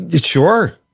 sure